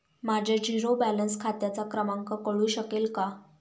माझ्या zero balance खात्याचा क्रमांक कळू शकेल का?